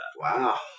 Wow